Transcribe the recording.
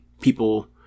people